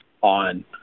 on –